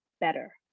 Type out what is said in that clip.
better